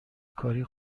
کاری